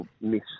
miss